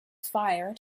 fire